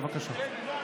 בבקשה.